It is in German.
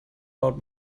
laut